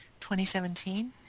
2017